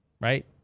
right